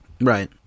Right